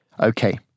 Okay